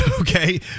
okay